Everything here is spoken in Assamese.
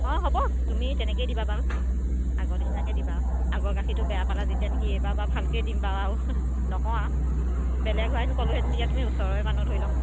অঁ হ'ব তুমি এই তেনেকৈয়ে দিবা বাৰু আগৰ নিচিনাকৈ দিবা আৰু আগৰ গাখীৰটো বেয়া পালা যেতিয়া নেকি এইবাৰ বাৰু ভালকৈয়ে দিম বাৰু আৰু নকওঁ আৰু বেলেগ হোৱা হেতেন ক'লো হেতেন এতিয়া তুমি ওচৰৰে মানুহ ধৰি লওক